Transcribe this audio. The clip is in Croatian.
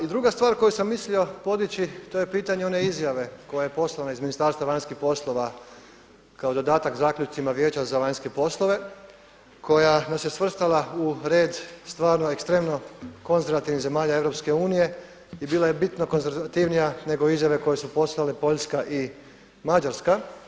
I druga stvar koju sam mislio podići to je pitanje one izjave koja je poslana iz Ministarstva vanjskih poslova kao dodatak zaključcima Vijeća za vanjske poslove koja nas je svrstala u red stvarno ekstremno konzervativnih zemalja EU i bila je bitno konzervativnija nego izjave koje su poslale Poljska i Mađarska.